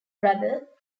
brother